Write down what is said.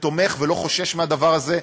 ותומך ולא לחשוש מהדבר הזה,